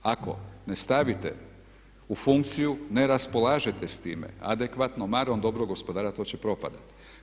Ako ne staviti u funkciju, ne raspolažete s time adekvatno, marom dobrog gospodara to će propadati.